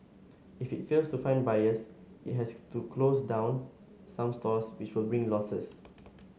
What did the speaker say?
if it fails to find buyers it has to close down some stores which will bring losses